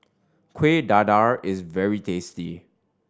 Kuih Dadar is very tasty